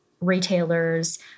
retailers